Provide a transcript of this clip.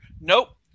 nope